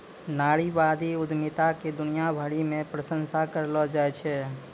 नारीवादी उद्यमिता के दुनिया भरी मे प्रशंसा करलो जाय छै